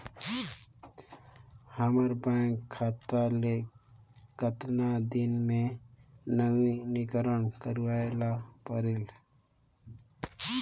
हमर बैंक खाता ले कतना दिन मे नवीनीकरण करवाय ला परेल?